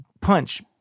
punch